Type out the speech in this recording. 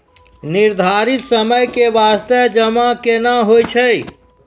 निर्धारित समय के बास्ते जमा केना होय छै?